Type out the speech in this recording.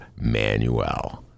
Manuel